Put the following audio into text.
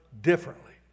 differently